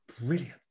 brilliant